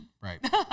Right